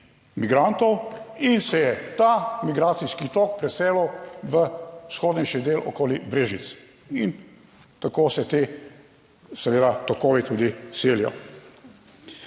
migrantov in se je ta migracijski tok preselil v vzhodnejši del okoli Brežic. In tako se ti seveda tokovi tudi selijo.